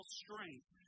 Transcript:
strength